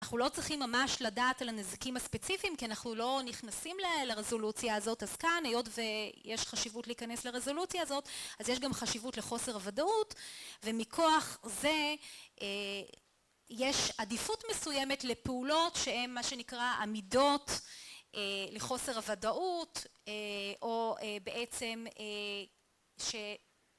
אנחנו לא צריכים ממש לדעת על הנזקים הספציפיים, כי אנחנו לא נכנסים לרזולוציה הזאת. אז כאן, היות ויש חשיבות להיכנס לרזולוציה הזאת, אז יש גם חשיבות לחוסר הוודאות, ומכוח זה יש עדיפות מסוימת לפעולות, שהן מה שנקרא עמידות לחוסר הוודאות, או בעצם ש...